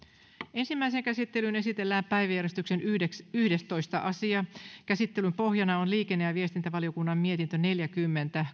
ensimmäiseen käsittelyyn esitellään päiväjärjestyksen yhdestoista asia käsittelyn pohjana on liikenne ja viestintävaliokunnan mietintö neljäkymmentä